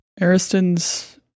Ariston's